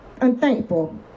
unthankful